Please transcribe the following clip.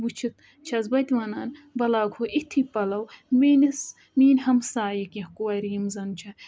وُچھِتھ چھَس بہٕ تہِ وَنان بہٕ لاگہٕ ہو اِتھی پَلَو میٛٲنِس میٛٲنۍ ہَمسایِہِ کیٚنٛہہ کورِ یِم زَن چھےٚ